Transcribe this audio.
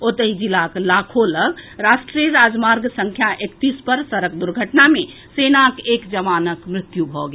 ओतहि जिलाक लाखो लऽग राष्ट्रीय राजमार्ग संख्या एकतीस पर सड़क दुर्घटना मे सेनाक एक जवानक मृत्यु भऽ गेल